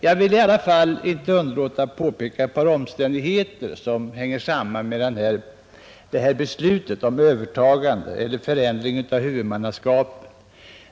Jag vill i alla fall inte underlåta att peka på ett par omständigheter som hänger samman med beslutet om förändring av huvudmannaskapet.